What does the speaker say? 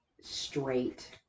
straight